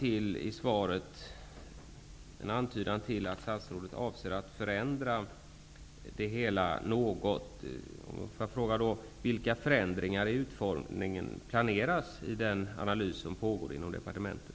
I svaret antyds det att statsrådet avser att föreslå förändringar av det hela. Vilka förändringar i utformningen planeras i den analys som pågår inom departementet?